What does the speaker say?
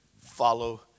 follow